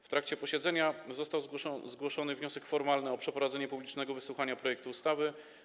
W trakcie posiedzenia został zgłoszony wniosek formalny o przeprowadzenie publicznego wysłuchania projektu ustawy.